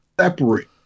separate